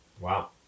Wow